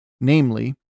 Namely